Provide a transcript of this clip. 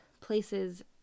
places